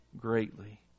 greatly